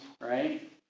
right